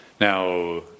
Now